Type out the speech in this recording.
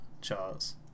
charts